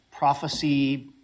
Prophecy